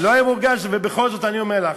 לא היה מורגש, ובכל זאת אני אומר לך,